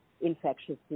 infectious